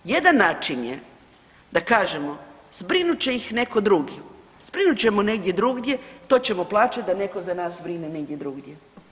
Jedan način je da kažemo zbrinut će ih netko drugi, zbrinut ćemo negdje drugdje to ćemo plaćat da netko za nas zbrine negdje drugdje.